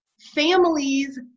families